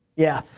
yeah,